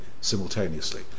simultaneously